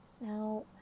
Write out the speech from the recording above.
now